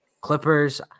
Clippers